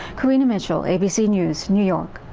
karina mitchell abc news, new york.